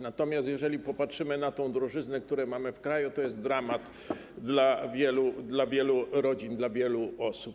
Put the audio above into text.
Natomiast jeżeli popatrzymy na tę drożyznę, którą mamy w kraju, to jest dramat dla wielu rodzin, dla wielu osób.